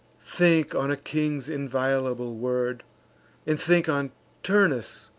think on a king's inviolable word and think on turnus,